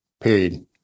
Period